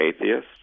atheist